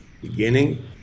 beginning